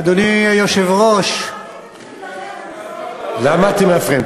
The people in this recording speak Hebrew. אדוני היושב-ראש, למה אתם מפריעים?